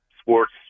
sports